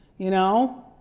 you know?